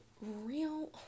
real